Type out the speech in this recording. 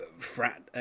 frat